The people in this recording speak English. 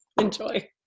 enjoy